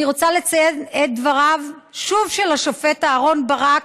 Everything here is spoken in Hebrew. אני שוב רוצה לציין את דבריו של השופט אהרן ברק,